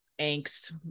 angst